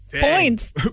Points